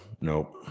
nope